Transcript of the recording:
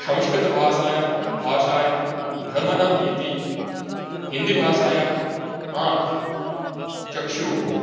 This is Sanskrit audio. संस्कृतभाषायां भाषायं भ्रमणम् इति हिन्दीभाषायां आंख् चक्षुः